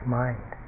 mind